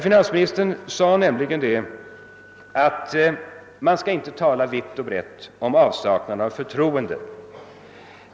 Finansministern sade nämligen att man inte skall tala vitt och brett om avsaknaden av förtroende.